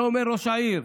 את זה אומר ראש העיר.